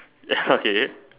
ya okay